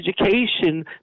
education